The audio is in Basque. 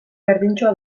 berdintsua